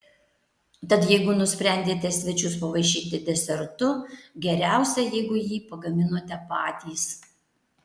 tad jeigu nusprendėte svečius pavaišinti desertu geriausia jeigu jį pagaminote patys